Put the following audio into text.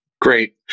Great